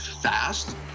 fast